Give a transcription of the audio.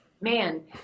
man